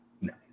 No